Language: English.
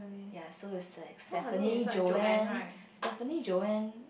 ya so it's like Stephanie Joanne Stephanie Joanne